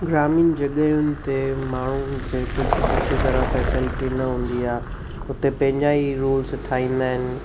ग्रामीण जॻहियुनि ते माण्हुनि खे कुझु सुठी तरह फैसिलिटी न हूंदी आहे उते पंहिंजा ई रूल्स ठाहींदा आहिनि